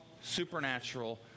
supernatural